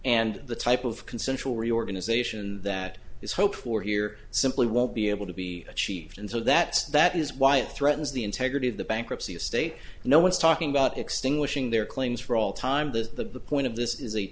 and the type of consensual reorganization that is hoped for here simply won't be able to be achieved and so that that is why it threatens the integrity of the bankruptcy of state no one's talking about extinguishing their claims for all time the point of this